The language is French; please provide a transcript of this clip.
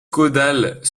caudales